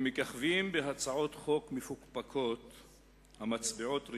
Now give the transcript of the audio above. הם מככבים בהצעות חוק מפוקפקות המצביעות,